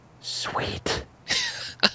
sweet